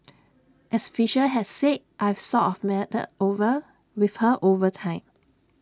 as Fisher had said I've sort of melded over with her over time